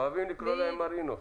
אוהבים לקרוא להם "מרינות".